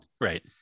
right